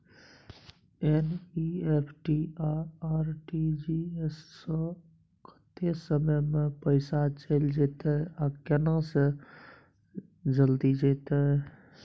NEFT आ RTGS स कत्ते समय म पैसा चैल जेतै आ केना से जल्दी जेतै?